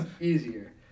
Easier